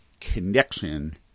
connection